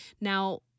Now